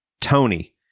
Tony